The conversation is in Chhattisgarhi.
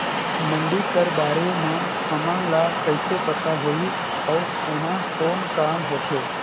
मंडी कर बारे म हमन ला कइसे पता होही अउ एमा कौन काम होथे?